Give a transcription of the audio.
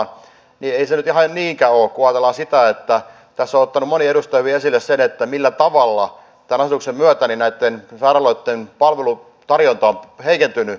ei se nyt ihan niinkään ole kun ajatellaan sitä minkä on ottanut moni edustaja esille millä tavalla tämän asetuksen myötä näitten sairaaloitten palvelutarjonta on heikentynyt